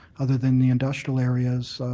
other than the industrial areas